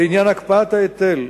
בעניין הקפאת ההיטל,